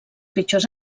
pitjors